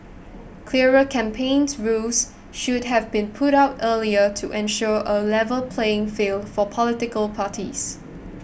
clearer campaign rules should have been put out earlier to ensure a level playing field for political parties